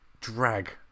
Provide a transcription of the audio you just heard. drag